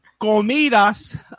Comidas